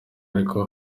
ariko